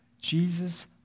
Jesus